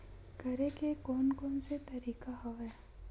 करे के कोन कोन से तरीका हवय?